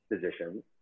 physicians